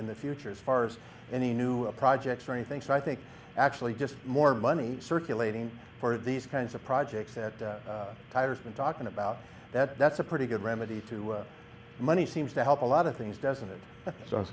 in the future as far as any new projects or anything so i think actually just more money circulating for these kinds of projects at tyre's been talking about that that's a pretty good remedy to money seems to help a lot of things doesn't it so